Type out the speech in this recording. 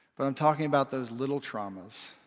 but i'm talking about those little traumas